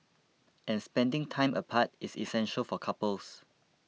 and spending time apart is essential for couples